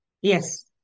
Yes